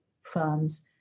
firms